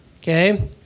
okay